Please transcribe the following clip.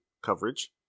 coverage